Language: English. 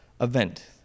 event